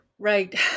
Right